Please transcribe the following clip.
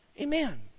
Amen